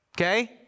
Okay